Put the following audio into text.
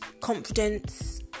confidence